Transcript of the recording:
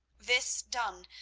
this done,